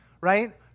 right